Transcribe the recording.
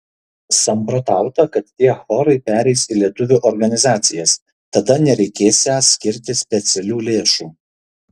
samprotauta kad tie chorai pereis į lietuvių organizacijas tada nereikėsią skirti specialių lėšų